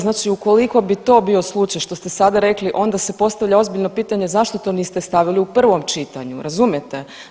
Znači ukoliko bi to bio slučaj, što ste sada rekli, onda se postavlja ozbiljno pitanje, zašto to niste stavili u prvom čitanju, razumijete?